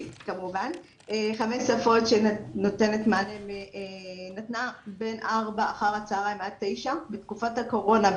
חמש שפות שונות שנתנו בין 16:00 אחר הצוהריים עד 21:00 בתקופת הקורונה.